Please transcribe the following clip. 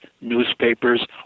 newspapers